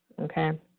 okay